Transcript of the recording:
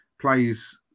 plays